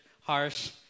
harsh